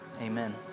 Amen